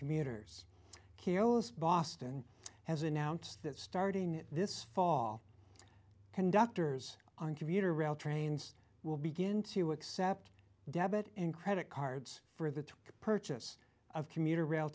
commuters chios boston has announced that starting this fall conductors on commuter rail trains will begin to accept debit and credit cards for the purchase of commuter r